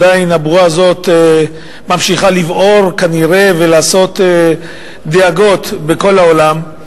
עדיין הבועה הזאת ממשיכה לבעור כנראה ולגרום דאגות בכל העולם.